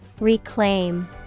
Reclaim